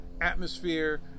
atmosphere